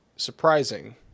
surprising